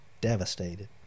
devastated